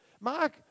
Mark